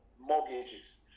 mortgages